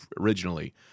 originally